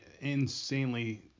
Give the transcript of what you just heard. insanely